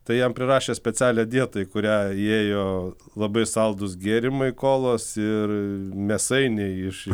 tai jam prirašė specialią dietą į kurią įėjo labai saldūs gėrimai kolos ir mėsainiai iš